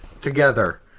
together